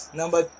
number